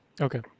Okay